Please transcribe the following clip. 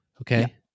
Okay